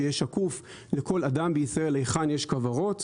שיהיה שקוף לכל אדם בישראל היכן יש כוורות.